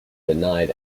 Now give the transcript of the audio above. denied